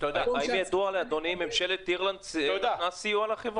האם ידוע לאדוני אם ממשלת אירלנד נתנה סיוע לחברה?